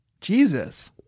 Jesus